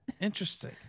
Interesting